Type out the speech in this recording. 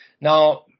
Now